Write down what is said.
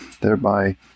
thereby